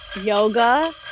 Yoga